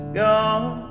gone